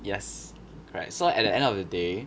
yes correct so at the end of the day